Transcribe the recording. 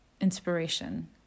inspiration